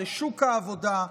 לשוק העבודה,